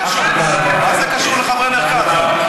מה זה קשור לחברי מרכז?